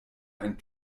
ein